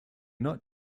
not